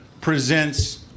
presents